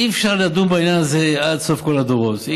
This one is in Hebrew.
אי-אפשר לדון בעניין הזה עד סוף כל הדורות.